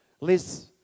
Liz